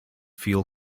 feel